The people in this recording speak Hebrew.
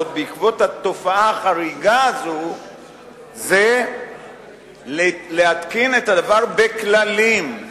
בעקבות התופעה החריגה הזאת זה להתקין את הדבר בכללים,